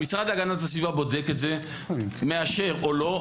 המשרד להגנת הסביבה בודק את זה, מאשר או לא.